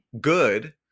good